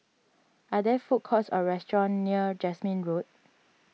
are there food courts or restaurants near Jasmine Road